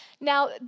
Now